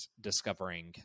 discovering